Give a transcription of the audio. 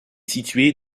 situé